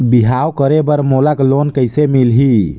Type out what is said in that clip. बिहाव करे बर मोला लोन कइसे मिलही?